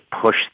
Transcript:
push